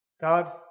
God